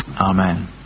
Amen